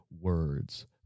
words